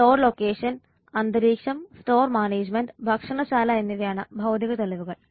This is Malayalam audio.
സ്റ്റോർ ലൊക്കേഷൻ അന്തരീക്ഷം സ്റ്റോർ മാനേജുമെന്റ് ഭക്ഷണ ശാല എന്നിവയാണ് ഭൌതിക തെളിവുകൾ